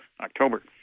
October